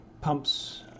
pumps